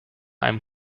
einem